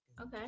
okay